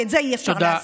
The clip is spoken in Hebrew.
כי את זה אי-אפשר להסביר.